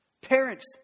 Parents